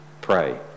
Pray